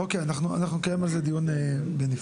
אוקיי, אנחנו נקיים דיון על זה בנפרד.